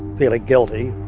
feeling guilty.